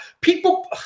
People